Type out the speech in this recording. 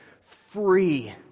free